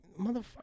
motherfucker